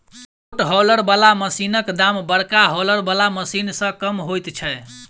छोट हौलर बला मशीनक दाम बड़का हौलर बला मशीन सॅ कम होइत छै